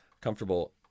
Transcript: comfortable